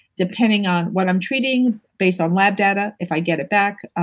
depending on what i'm treating, based on lab data, if i get it back,